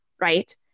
right